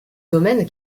domaines